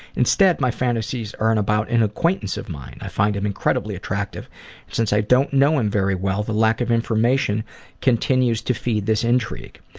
instead my fantasies are and about an acquaintance of mine. i find him incredibly attractive and since i don't know him very well, the lack of information continues to feed this intrigue.